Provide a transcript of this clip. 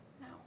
No